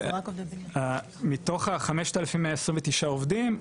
מתוך ה- 5,129 עובדים,